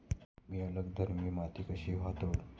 मी अल्कधर्मी माती कशी हाताळू?